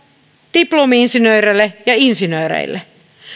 diplomi insinööreille ja insinööreille